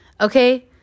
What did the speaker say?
Okay